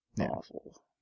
Awful